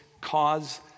cause